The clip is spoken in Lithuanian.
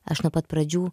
aš nuo pat pradžių